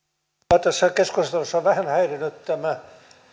minua tässä keskustelussa ovat vähän häirinneet nämä